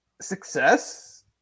success